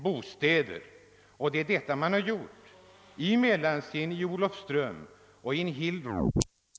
Exemplen från Olofström— Göteborg visar bland annat att mellan 380000 och 90 000 människor står i bostadskö i Göteborg.